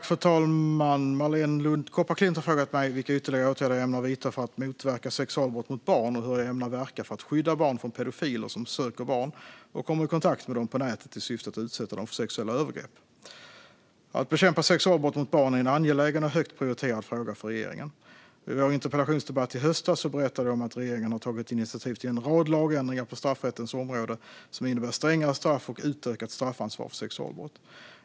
Fru talman! Marléne Lund Kopparklint har frågat mig vilka ytterligare åtgärder jag ämnar vidta för att motverka sexualbrott mot barn och hur jag ämnar verka för att skydda barn från pedofiler som söker barn och kommer i kontakt med dem på nätet i syfte att utsätta dem för sexuella övergrepp. Att bekämpa sexualbrott mot barn är en angelägen och högt prioriterad fråga för regeringen. Vid vår interpellationsdebatt i höstas berättade jag om att regeringen har tagit initiativ till en rad lagändringar på straffrättens område som innebär strängare straff och utökat straffansvar för sexualbrott.